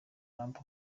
trump